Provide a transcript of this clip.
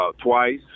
twice